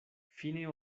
fine